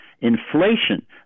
inflation